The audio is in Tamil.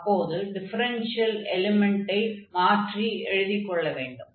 அப்போதும் டிஃபரென்ஷியல் எலிமென்டை மாற்றி எழுதிக் கொள்ள வேண்டும்